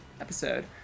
episode